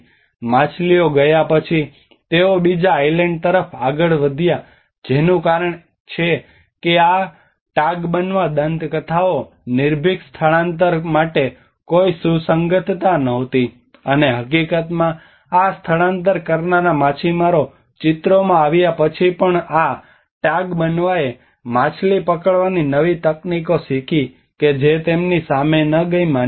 માછલીઓ ગયા પછી તેઓ બીજા આઇલેન્ડ તરફ આગળ વધ્યાં જેનું કારણ છે કે આ ટાગબનવા દંતકથાઓ નિર્ભીક સ્થળાંતર માટે કોઈ સુસંગતતા નહોતી અને હકીકતમાં આ સ્થળાંતર કરનારા માછીમારો ચિત્રમાં આવ્યા પછી પણ આ ટાગબનવાએ માછલી પકડવાની નવી તકનીકો શીખી કે જે તેમની સામે ન ગઈ માન્યતાઓ